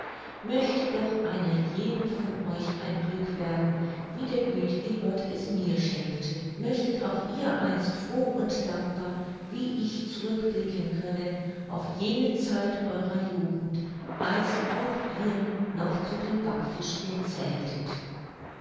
möchte doch einer jeden von euch ein glück werden wie der gütige gott es mir schenkte möchtet auch ihr einst froh und dankbar wie ich zurückblicken können auf jene zeit eurer jugend als auch ihr noch zu den backfischchen zähltet